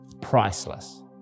priceless